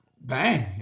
bang